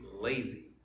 lazy